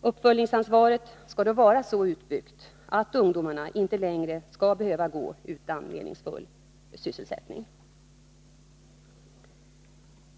Uppföljningsansvaret skall då vara så utbyggt att ungdomarna inte längre skall behöva gå utan meningsfull sysselsättning.